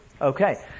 Okay